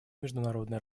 международной